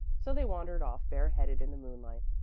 so they wandered off bareheaded in the moonlight,